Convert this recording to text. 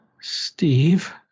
Steve